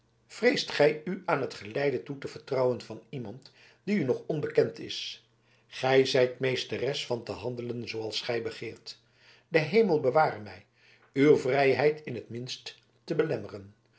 vreest gij u aan het geleide toe te vertrouwen van iemand die u nog onbekend is gij zijt meesteres van te handelen zooals gij begeert de hemel beware mij uw vrijheid in t minst te belemmeren